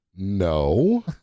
No